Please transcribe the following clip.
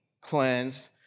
cleansed